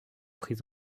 pris